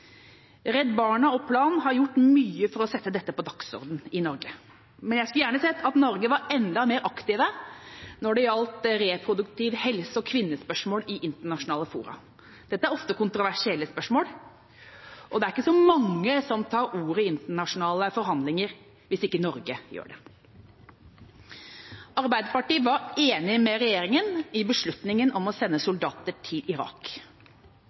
Redd Barna og Plan har gjort mye for å sette dette på dagsordenen i Norge, men jeg skulle gjerne sett at Norge var enda mer aktive når det gjelder reproduktiv helse og kvinnespørsmål i internasjonale fora. Dette er ofte kontroversielle spørsmål, og det er ikke så mange som tar ordet i internasjonale forhandlinger hvis ikke Norge gjør det. Arbeiderpartiet var enig med regjeringa i beslutninga om å sende soldater til Irak.